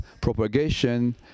propagation